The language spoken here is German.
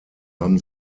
haben